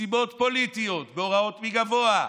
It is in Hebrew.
מסיבות פוליטיות והוראות מגבוה,